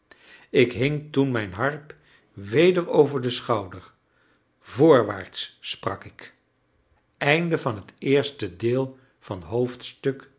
ik hing toen mijn harp weder over den schouder voorwaarts sprak ik